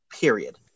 period